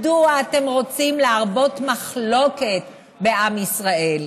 מדוע אתם רוצים להרבות מחלוקת בעם ישראל?